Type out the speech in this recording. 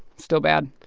still bad.